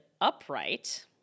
upright